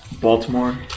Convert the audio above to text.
Baltimore